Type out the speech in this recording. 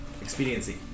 Expediency